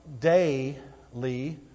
daily